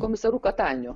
komisaru kataniu